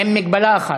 עם מגבלה אחת: